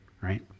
right